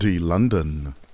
London